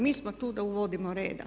Mi smo tu da uvodimo reda.